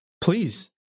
Please